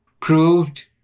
proved